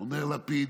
אומר לפיד,